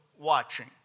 watching